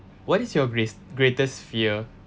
what is your gres~ greatest fear